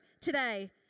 today